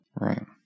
Right